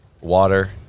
water